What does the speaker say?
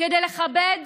כדי לכבד